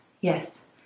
yes